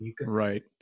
Right